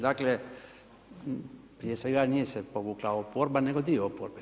Dakle, prije svega nije se povukla oporba, nego dio oporbe.